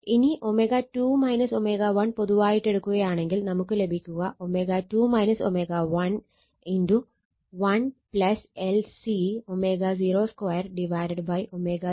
ഇനി ω2 ω1 പൊതുവായിട്ടെടുക്കുകയാണെങ്കിൽ നമുക്ക് ലഭിക്കുക ω2 ω1 1 LC ω02 ω02 C